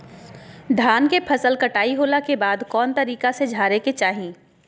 धान के फसल कटाई होला के बाद कौन तरीका से झारे के चाहि?